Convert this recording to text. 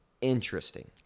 Interesting